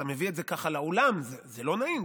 אתה מביא את זה ככה לאולם, זה לא נעים.